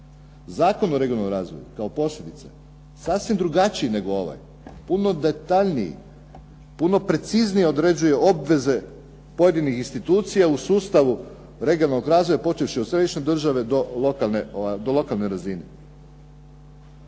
zakon o regionalnom razvoju kao posljedica, sasvim drugačiji nego ovaj, puno detaljniji, puno preciznije određuje obveze pojedinih institucija u sustavu regionalnog razvoja počevši od središnje države do lokalne razine.